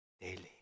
daily